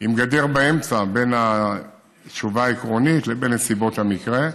עם גדר באמצע בין התשובה העקרונית לבין נסיבות המקרה.